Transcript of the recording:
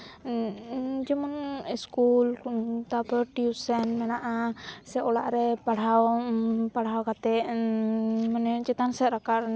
ᱡᱮᱢᱚᱱ ᱤᱥᱠᱩᱞ ᱛᱟᱯᱚᱨ ᱴᱤᱭᱩᱥᱚᱱ ᱢᱮᱱᱟᱜᱼᱟ ᱥᱮ ᱚᱲᱟᱜ ᱨᱮ ᱯᱟᱲᱦᱟᱣ ᱯᱟᱲᱦᱟᱣ ᱠᱟᱛᱮ ᱢᱟᱱᱮ ᱪᱮᱛᱟᱱ ᱥᱮᱫ ᱨᱟᱠᱟᱵ ᱨᱮᱱᱟᱜ